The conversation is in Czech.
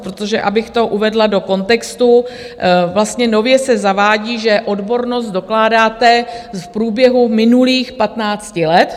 Protože, abych to uvedla do kontextu, vlastně nově se zavádí, že odbornost dokládáte v průběhu minulých 15 let.